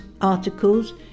articles